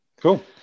Cool